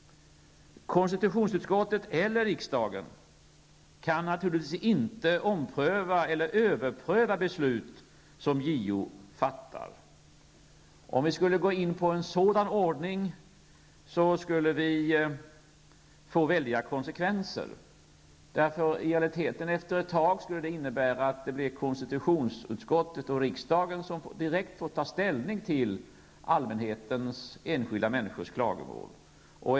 Konstitutionsutskottet eller riksdagen kan naturligtvis inte ompröva eller överpröva beslut som JO fattar. Om vi skulle gå in på en sådan ordning skulle det bli väldiga konsekvenser. Efter ett tag skulle det i realiteten innebära att konstitutionsutskottet och riksdagen skulle direkt få ta ställning till allmänhetens, enskilda människors, klagomål.